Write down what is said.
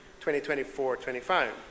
2024-25